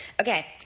Okay